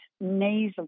nasal